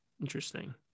Interesting